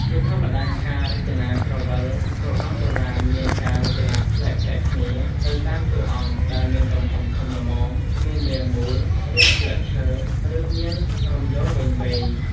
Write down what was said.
ជាធម្មតាការរចនាក្រវិលរបាំបុរាណមានការរចនាប្លែកៗគ្នា ទៅតាមតួអង្គ ដែលមានទំហំធំល្មម មានរាងមូល រាងស្លឹកឈើ ឬមានរំយោលវែងៗ។